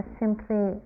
simply